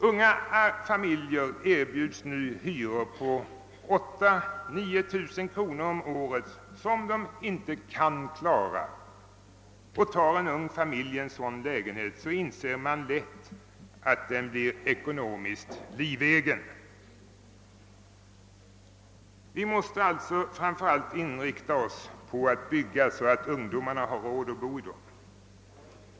Unga familjer erbjuds nu lägenheter till hyror på mellan 8 000 och 9 000 kronor om året — hyror som de inte kan klara. Och tar en ung familj ändå en sådan lägenhet, så blir den — det inser var och en lätt — ekonomiskt livegen. Vi måste alltså framför allt inrikta oss på att bygga så att ungdomarna har råd att bo i lägenheterna.